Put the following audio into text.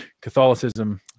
Catholicism